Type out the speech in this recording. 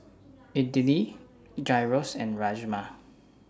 Idili Gyros and Rajma